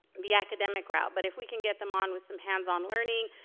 the academic route, but if we can get them on with some hands-on learning,